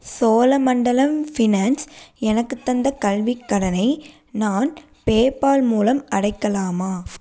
Cholamandalam finance எனக்குத் தந்த கல்விக் கடனை நான் பேபால் மூலம் அடைக்கலாமா